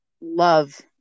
love